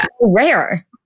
rare